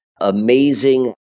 amazing